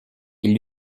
ils